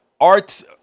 Art